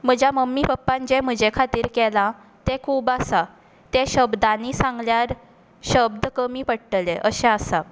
म्हज्या मम्मी पप्पान जें म्हजे खातीर जें केलां तें खूब आसा तें शब्दांनी सांगल्यार शब्द कमी पडटले अशें आसा